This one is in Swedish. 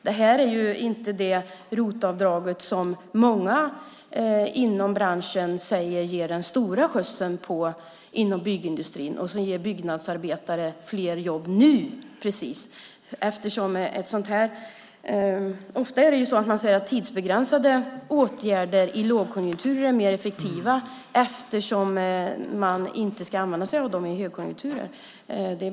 Det här är inte det ROT-avdrag som många inom branschen säger skulle ge byggindustrin den stora skjutsen och ge fler byggnadsarbetare jobb. Ofta är tidsbegränsade åtgärder i lågkonjunktur mer effektiva eftersom man inte ska använda sig av dem i högkonjunkturer.